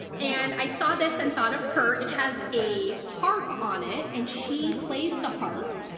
and i saw this and thought of her. it has a harp on it and she plays the harp,